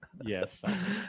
Yes